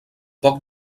poc